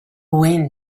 wind